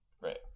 Right